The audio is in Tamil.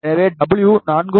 எனவே W 4